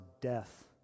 death